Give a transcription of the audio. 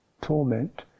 torment